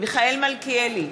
מיכאל מלכיאלי,